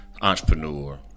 Entrepreneur